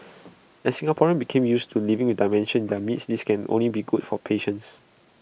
as Singaporeans became used to living with dementia in their midst this can only be good for patients